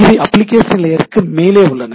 இவை அப்ளிகேஷன் லேயருக்கு மேலே உள்ளன